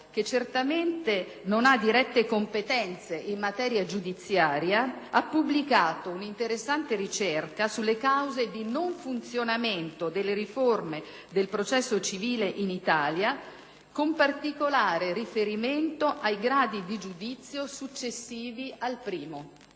che certamente non ha dirette competenze in materia giudiziaria, ha pubblicato un'interessante ricerca sulle cause di non funzionamento delle riforme del processo civile in Italia con particolare riferimento ai gradi di giudizio successivi al primo.